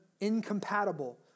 incompatible